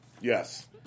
Yes